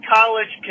College